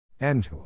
End